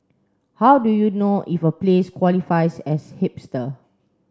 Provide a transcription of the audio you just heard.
how do you know if a place qualifies as hipster